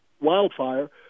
wildfire